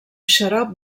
xarop